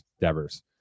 Devers